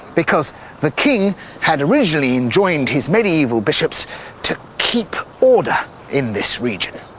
because the king had originally enjoined his medieval bishops to keep order in this region.